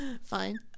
Fine